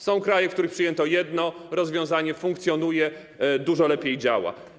Są kraje, w których przyjęto jedno rozwiązanie, funkcjonuje ono, dużo lepiej działa.